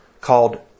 called